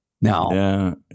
Now